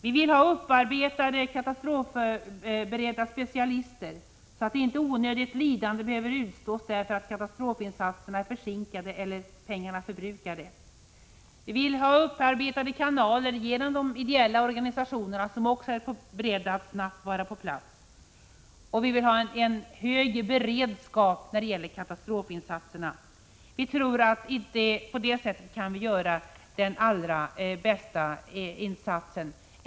Vi vill ha till stånd upparbetade kanaler med katastrofberedda specialister, så att inte onödigt lidande behöver utstås för att katastrofinsatserna är försinkade eller pengarna förbrukade. Det kan ske genom de ideella organisationerna, som är beredda att snabbt vara på plats, eller genom deras upparbetade kanaler. Vi vill också ha till stånd en hög beredskap när det gäller katastrofinsatserna. Vi tror att vi på det sättet kan göra den allra bästa insatsen.